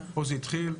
פה זה התחיל,